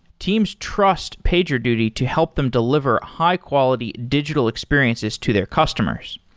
teams trust pagerduty to help them deliver high-quality digital experiences to their customers.